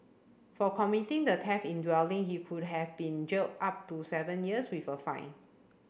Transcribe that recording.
for committing the theft in dwelling he could have been jailed up to seven years with a fine